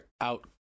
out